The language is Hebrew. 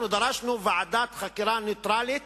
אנחנו דרשנו ועדת חקירה נייטרלית